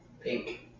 Pink